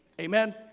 Amen